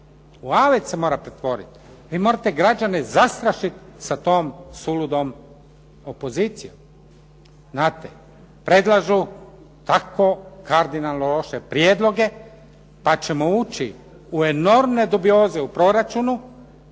u avet se mora pretvoriti. Vi morate građane zastrašiti sa tom suludom opozicijom. Znate, predlažu tako kardinalno loše prijedloge pa ćemo ući u enormne dubioze u proračunu